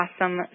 awesome